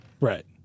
Right